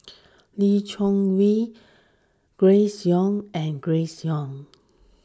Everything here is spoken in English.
Lee Choy Wee Grace Young and Grace Young